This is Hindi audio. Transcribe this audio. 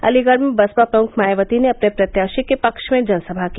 अलीगढ़ में बसपा प्रमुख मायावती ने अपने प्रत्याशी के पक्ष में जनसभा की